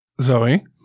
Zoe